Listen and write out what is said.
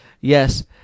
Yes